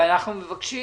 אנחנו מבקשים